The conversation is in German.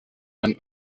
man